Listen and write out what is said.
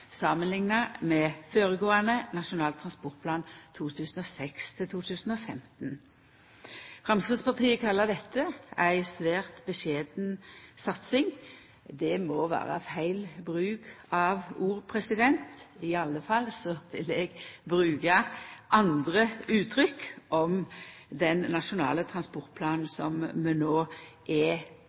samanlikna med føregåande Nasjonal transportplan 2006–2015. Framstegspartiet kallar dette ei svært beskjeden satsing. Det må vera feil bruk av ord, i alle fall vil eg bruka andre uttrykk om den nasjonale transportplanen som vi no snart er